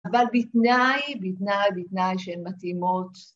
‫אבל בתנאי, בתנאי, בתנאי ‫שהן מתאימות...